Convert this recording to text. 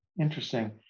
Interesting